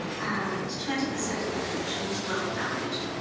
and twenty percent of the collection was mold damaged,